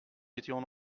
étions